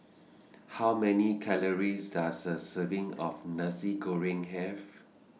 How Many Calories Does A Serving of Nasi Goreng Have